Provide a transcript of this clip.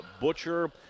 Butcher